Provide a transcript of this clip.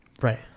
Right